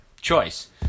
choice